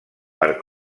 per